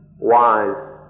wise